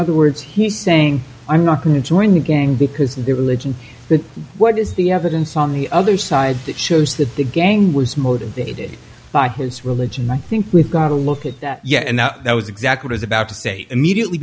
the words he's saying i'm not going to join the gang because their religion what is the evidence on the other side that shows that the gang was motivated by his religion i think we've got to look at that yeah and that was exactly his about to say immediately